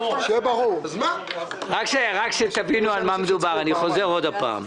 נמנעים רק שתבינו על מה מדובר, אני חוזר שוב.